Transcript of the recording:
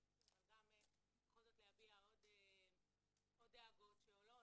אבל גם בכל זאת להביע עוד דאגות שעולות